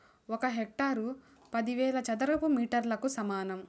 ఒక హెక్టారు పదివేల చదరపు మీటర్లకు సమానం